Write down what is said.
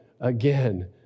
again